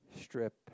strip